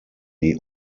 die